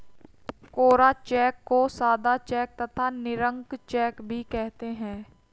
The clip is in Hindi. कोरा चेक को सादा चेक तथा निरंक चेक भी कहते हैं